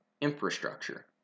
infrastructure